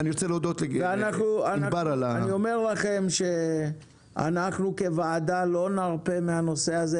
ואני אומר לכם שאנחנו כוועדה לא נרפה מהנושא הזה,